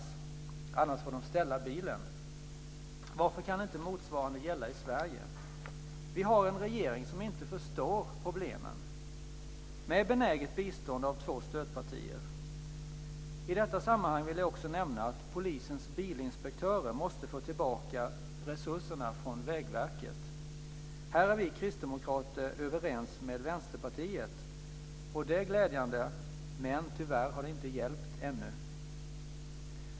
Om de inte gör det får de ställa bilen. Varför kan inte motsvarande gälla i Sverige? Vi har en regering som inte förstår problemen, med benäget bistånd av två stödpartier. I detta sammanhang vill jag också nämna att polisens bilinspektörer måste få tillbaka resurserna från Vägverket. Här är vi kristdemokrater överens med Vänsterpartiet, och det är glädjande, men tyvärr har det inte hjälpt ännu.